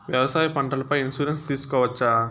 వ్యవసాయ పంటల పై ఇన్సూరెన్సు తీసుకోవచ్చా?